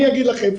אני אגיד לכם,